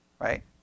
right